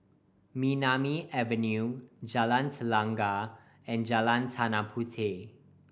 Nemesu Avenue Jalan Telang and Jalan Tanah Puteh